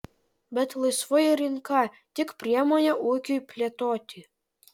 bet laisvoji rinka tik priemonė ūkiui plėtoti